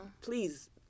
Please